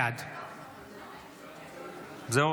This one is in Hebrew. בעד זהו?